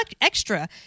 extra